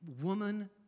woman